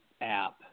app